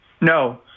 No